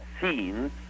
scenes